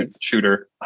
shooter